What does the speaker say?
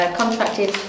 contracted